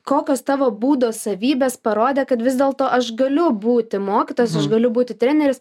kokios tavo būdo savybės parodė kad vis dėlto aš galiu būti mokytas aš galiu būti treneris